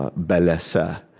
ah balasa,